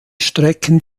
strecken